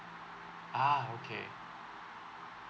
ah okay